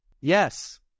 Yes